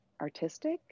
artistic